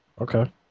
Okay